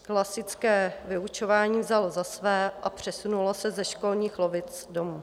Klasické vyučování vzalo zasvé a přesunulo se ze školních lavic domů.